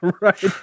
Right